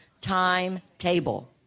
timetable